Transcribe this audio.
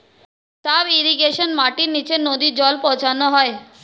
sub irrigation মাটির নিচে নদী জল পৌঁছানো হয়